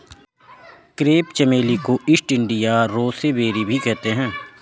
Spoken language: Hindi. क्रेप चमेली को ईस्ट इंडिया रोसेबेरी भी कहते हैं